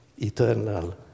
eternal